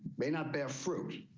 may not bear fruit.